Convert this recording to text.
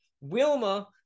Wilma